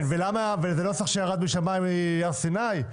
אבל זה נוסח שירד משמיים מהר סיני?